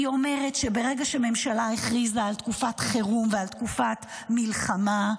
היא אומרת שברגע שממשלה הכריזה על תקופת חירום ועל תקופת מלחמה,